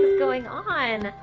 going on?